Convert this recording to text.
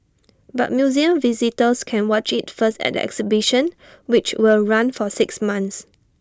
but museum visitors can watch IT first at the exhibition which will run for six months